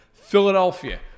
Philadelphia